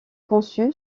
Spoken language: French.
conçu